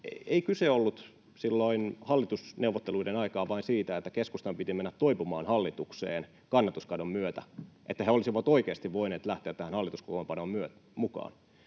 ei kyse ollut silloin hallitusneuvotteluiden aikaan vain siitä, että keskustan piti mennä toipumaan hallitukseen kannatuskadon myötä, että he olisivat oikeasti voineet lähteä tähän hallituskokoonpanoon mukaan,